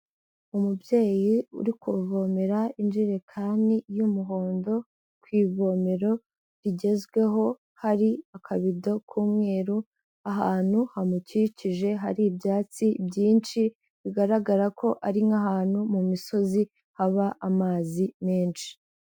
Umubyeyi uri kuvomera injerekani y'umuhondo ku ivomero rigezweho, hari akabido k'umweru ahantu hamukikije, hari ibyatsi byinshi bigaragara ko ari nk'ahantu mu misozi haba amazi menshi.